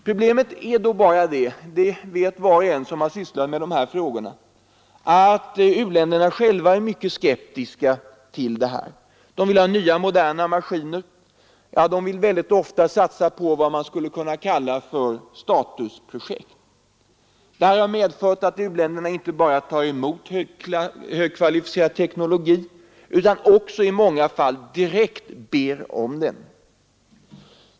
Problemet är bara — det vet var och en som sysslat med dessa frågor — att u-länderna själva är mycket skeptiska till detta. De vill ha nya moderna maskiner, ja, de vill mycket ofta satsa på vad man skulle kunna kalla statusprojekt. Det här har medfört att u-länderna inte bara tar emot högkvalificerad teknologi utan också i många fall direkt ber om den.